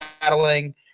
battling